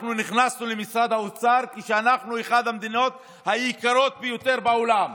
אנחנו נכנסנו למשרד האוצר כשאנחנו אחת המדינות היקרות ביותר בעולם,